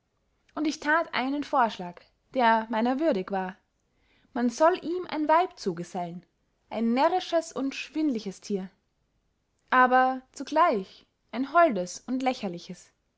und ich that einen vorschlag der meiner würdig war man soll ihm ein weib zugesellen ein närrisches und schwindlichtes thier aber zugleich ein holdes und lächerliches